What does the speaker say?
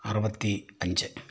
അറുപത്തി അഞ്ച്